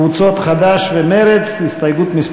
חד"ש וקבוצת סיעת מרצ לסעיף